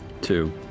Two